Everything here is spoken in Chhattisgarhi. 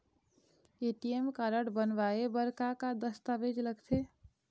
ए.टी.एम कारड बनवाए बर का का दस्तावेज लगथे?